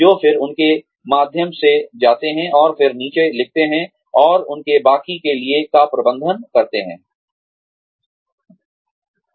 जो फिर उनके माध्यम से जाते हैं और फिर नीचे लिखते हैं और उनके बाकी के करियर का प्रबंधन करते हैं